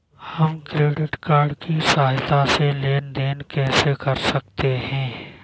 हम credit card की सहायता से लेन देन कैसे कर सकते हैं?